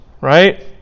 right